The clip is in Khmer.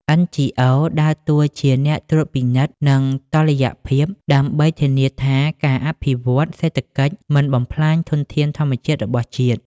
NGOs ដើរតួជា "អ្នកត្រួតពិនិត្យ និងតុល្យភាព" ដើម្បីធានាថាការអភិវឌ្ឍសេដ្ឋកិច្ចមិនបំផ្លាញធនធានធម្មជាតិរបស់ជាតិ។